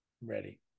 Ready